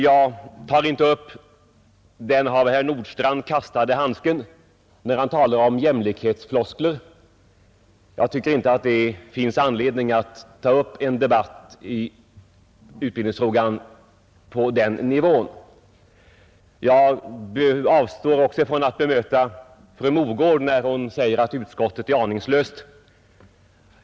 Jag tar inte upp den av herr Nordstrandh kastade handsken, när han talar om jämlikhetsfloskler. Det finns enligt min mening inte anledning att ta upp en debatt i utbildningsfrågan på den nivån. Likaså avstår jag från att bemöta fru Mogård, när hon säger att utskottet är aningslöst.